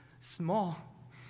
small